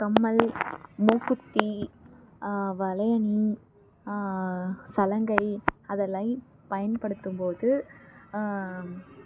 கம்மல் மூக்குத்தி வளையணி சலங்கை அதலை பயன்படுத்தும்போது